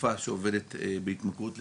תרופה שעובדת בהתמכרות לאלכוהול,